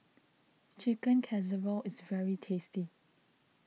Chicken Casserole is very tasty